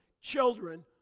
Children